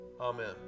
amen